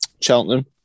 Cheltenham